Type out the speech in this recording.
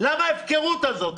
למה ההפקרות הזאת?